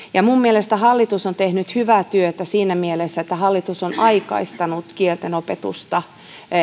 minun mielestäni hallitus on tehnyt hyvää työtä siinä mielessä että hallitus on aikaistanut kieltenopetusta